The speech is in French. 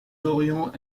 aurions